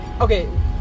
Okay